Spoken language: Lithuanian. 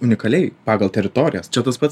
unikaliai pagal teritorijas čia tas pats